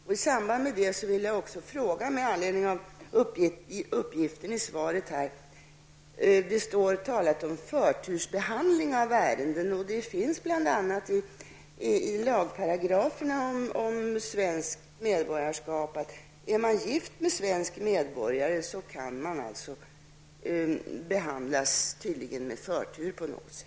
Jag skulle också vilja ställa en fråga med anledning av uppgiften i svaret om att det förekommer förtursbehandling av ärenden: Det står bl.a. i lagparagraferna om svenskt medborgarskap att den som är gift med svensk medborgare på något sätt kan få förtur. Är det riktigt?